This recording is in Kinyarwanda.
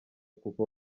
kuko